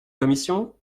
commission